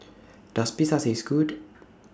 Does Pita Taste Good